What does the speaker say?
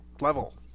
level